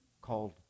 called